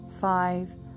five